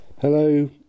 Hello